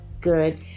good